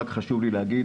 רק חשוב לי להגיד,